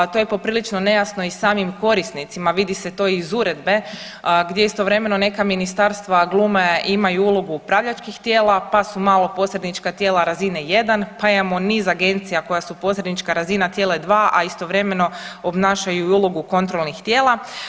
To je poprilično nejasno i samim korisnicima, vidi se to i iz uredbe gdje istovremeno neka ministarstva glume, imaju ulogu upravljačkih tijela, pa su malo posrednička tijela razine 1, pa imamo niz agencija koja su posrednička razina tijela dva, a istovremeno obnašaju i ulogu kontrolnih tijela.